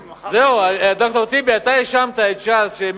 ד"ר טיבי, אתה האשמת את ש"ס.